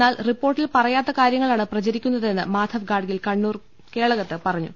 എന്നാൽ റിപ്പോർട്ടിൽ പറയാത്ത കാര്യങ്ങളാണ് പ്രചരിക്കുന്നതെന്ന് മാധവ് ഗാഡ്ഗിൽ കണ്ണൂർ കേളകത്ത് പറഞ്ഞു